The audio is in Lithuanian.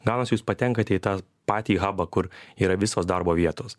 gaunasi jūs patenkate į tą patį habą kur yra visos darbo vietos